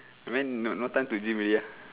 I mean no no time to gym already ah